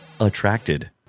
attracted